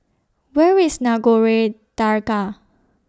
Where IS Nagore Dargah